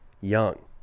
young